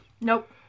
Nope